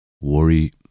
worry